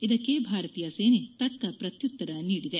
ಇದಕ್ಕೆ ಭಾರತೀಯ ಸೇನೆ ತಕ್ಕ ಪ್ರತ್ಯುತ್ತರ ನೀಡಿದೆ